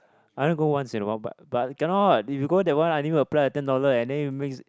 I only go once in a while but but cannot if you go that one I need to apply ten dollar and then it makes